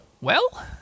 Well